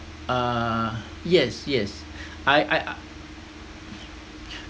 err yes yes I I